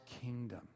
kingdom